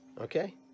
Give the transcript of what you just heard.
Okay